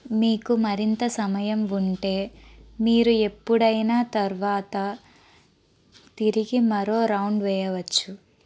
మీకు మరింత సమయం ఉంటే మీరు ఎప్పుడైనా తర్వాత తిరిగి మరో రౌండ్ వేయవచ్చు